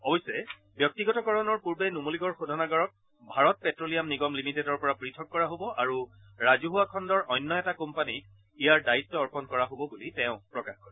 অৱশ্যে ব্যক্তিগতকৰণৰ পূৰ্বে নুমলীগড় শোধনাগাৰক ভাৰত পেট্ৰলিয়াম নিগম লিমিটেডৰ পৰা পৃথক কৰা হ'ব আৰু ৰাজহুৱা খণ্ডৰ অন্য এটা কোম্পানীক ইয়াৰ দায়িত্ব অৰ্পন কৰা হ'ব বুলি তেওঁ প্ৰকাশ কৰে